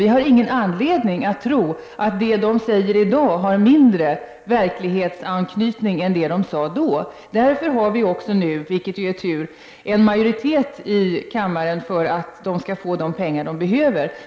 Vi har ingen anledning att tro att det de säger i dag har mindre verklighetsanknytning än det de sade då. Därför har vi också nu, vilket är tur, en majoritet i kammaren för att de skall få de pengar de behöver.